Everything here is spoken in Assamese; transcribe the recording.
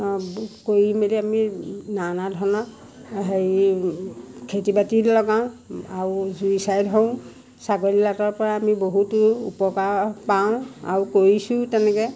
কৰি মেলি আমি নানা ধৰণৰ হেৰি খেতি বাতিত লগাওঁ আৰু জুই ছাঁই ধৰোঁ ছাগলী লাটৰ পৰা আমি বহুতো উপকাৰ পাওঁ আৰু কৰিছোঁও তেনেকৈ